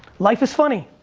life is funny.